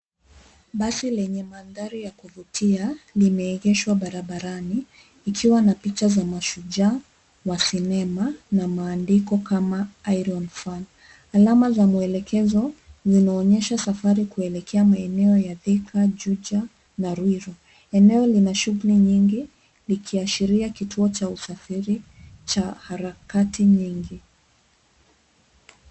Basi lenye mandhari ya kuvutia limeegeshwa barabarani, ikiwa na picha za mashujaa wa sinema na maandiko kama, Irony Fun. Alama za mwelekezo zinaonyesha safari kuelekea maeneo ya Thika, Juja, na Ruiru. Eneo lina shughuli nyingi, likiashiria kituo cha usafiri cha harakati nyingi.